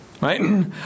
right